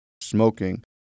smoking